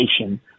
nation